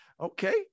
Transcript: Okay